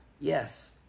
Yes